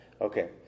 Okay